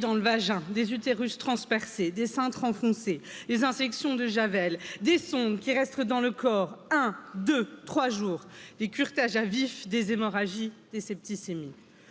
dans le vagin des utérus transpercés, des cintres enfoncés, les infections de Javel, des sondes qui restent dans le corps un deux, trois jours, des curetage à vif, des hémorragies, des septicémies